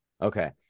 Okay